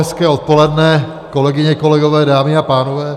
Hezké odpoledne, kolegyně, kolegové, dámy a pánové.